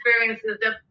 experiences